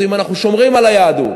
היא אם אנחנו שומרים על היהדות.